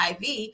IV